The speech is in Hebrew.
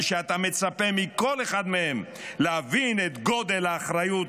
ושאתה מצפה מכל אחד מהם להבין את גודל האחריות